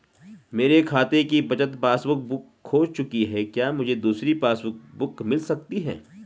मेरे खाते की बचत पासबुक बुक खो चुकी है क्या मुझे दूसरी पासबुक बुक मिल सकती है?